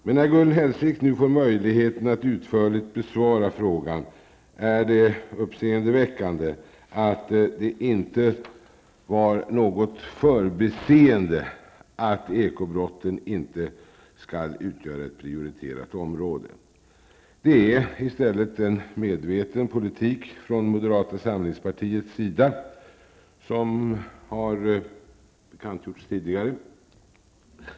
Men när Gun Hellsvik nu får möjligheten att utförligt besvara frågan är det uppseendeväckande att det inte var något förbiseende att ekobrotten icke skall utgöra ett prioriterat område. Det är i stället en medveten politik från moderata samlingspartiets sida, som har bekantgjorts tidigare.